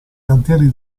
cantieri